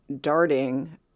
darting